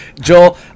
Joel